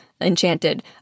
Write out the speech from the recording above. Enchanted